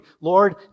Lord